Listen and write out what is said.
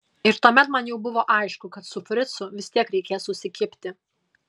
ir tuomet man jau buvo aišku kad su fricu vis tiek reikės susikibti